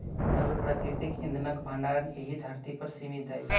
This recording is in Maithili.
तरल प्राकृतिक इंधनक भंडार एहि धरती पर सीमित अछि